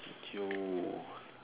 Jio